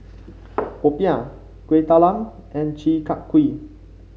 popiah Kuih Talam and Chi Kak Kuih